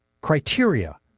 criteria